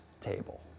table